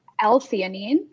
L-theanine